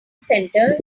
center